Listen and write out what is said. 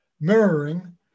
mirroring